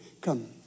Come